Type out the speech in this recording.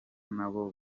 nabo